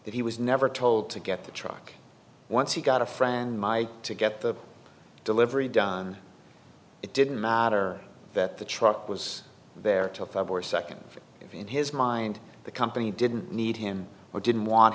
that he was never told to get the truck once he got a friend mike to get the delivery done it didn't matter that the truck was there till five or second if in his mind the company didn't need him or didn't want